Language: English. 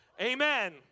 amen